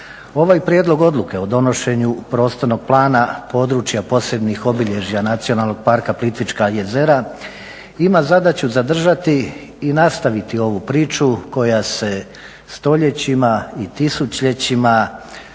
Ovaj Prijedlog odluke o donošenju Prostornog plana područja posebnih obilježja Nacionalnog parka Plitvička jezera ima zadaću zadržati i nastaviti ovu priču koja se stoljećima i tisućljećima